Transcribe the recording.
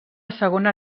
segona